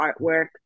artwork